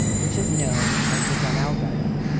which is known as the donnell garden.